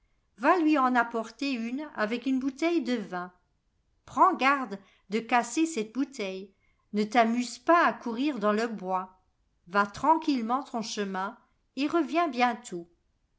va lui en porter une avec une bouleiile de vin prends garde de casser cette bouteille ne t'amuse pas à courir dans le bois va tranquillement ton chemin et reviens bientôt